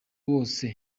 wose